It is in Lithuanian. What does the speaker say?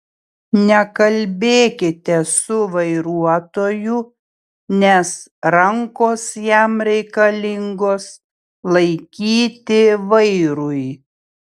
nekalbėkite su vairuotoju nes rankos jam reikalingos laikyti vairui